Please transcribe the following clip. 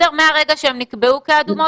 מהרגע שהן נקבעו כאדומות,